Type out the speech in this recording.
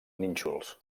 nínxols